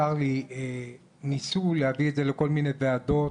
צר לי, ניסו להביא את זה לכל מיני ועדות,